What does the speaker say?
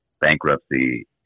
bankruptcy